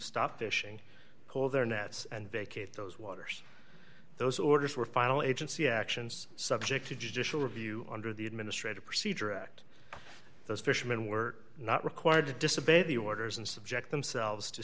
stop fishing pole their nets and vacate those waters those orders were final agency actions subject to judicial review under the administrative procedure act those fishermen were not required to disobey the orders and subject themselves to